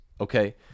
okay